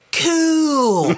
cool